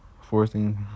Forcing